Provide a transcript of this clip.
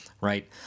right